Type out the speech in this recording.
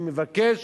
אני מבקש,